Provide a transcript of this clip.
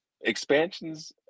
expansions